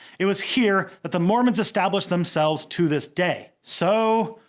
it was here the mormons established themselves to this day. so,